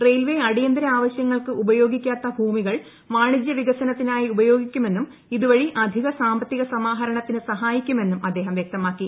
railway അടയന്തര ആവശ്യങ്ങൾക്ക് ഉപയോഗിക്കാത്ത ഭൂമികൾ വാണിജ്യ വികസനത്തിനായി ഉപയോഗിക്കുമെന്നും ഇതുവഴി അധിക സാമ്പത്തിക സമാഹരണത്തിന് സഹായിക്കുമെന്നും അദ്ദേഹം വ്യക്തമാക്കി